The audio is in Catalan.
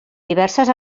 diverses